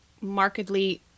markedly